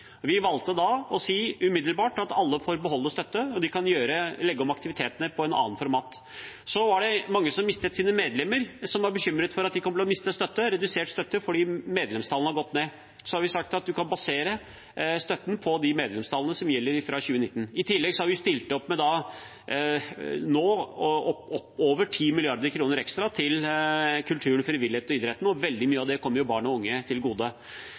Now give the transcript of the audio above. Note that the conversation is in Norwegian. at de kan legge om aktivitetene til et annet format. Mange som mistet sine medlemmer, var bekymret for om de kunne komme til å miste eller få redusert støtten fordi medlemstallene var gått ned. Da har vi sagt at man kan basere støtten på medlemstallene fra 2019. I tillegg har vi nå stilt opp med over 10 mrd. kr ekstra til kultur, frivillighet og idrett, og veldig mye av det kommer barn og unge til gode.